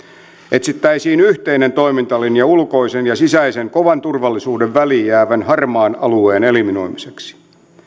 etsittäisiin yhteinen toimintalinja ulkoisen ja sisäisen kovan turvallisuuden väliin jäävän harmaan alueen eliminoimiseksi